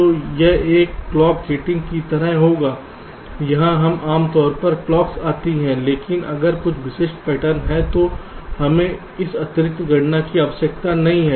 तो यह एक क्लॉक गेटिंग की तरह होगा जहां आम तौर पर क्लॉक्स आती होंगी लेकिन अगर कुछ विशिष्ट पैटर्न हैं तो हमें इस अतिरिक्त गणना की आवश्यकता नहीं है